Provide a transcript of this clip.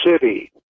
city